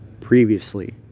previously